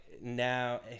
now